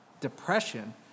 Depression